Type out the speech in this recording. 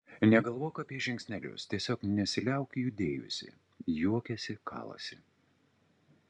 negalvok apie žingsnelius tiesiog nesiliauk judėjusi juokėsi kalasi